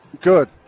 good